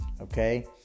okay